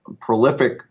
prolific